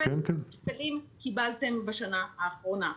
אפס שקלים קיבלתם בשנה האחרונה,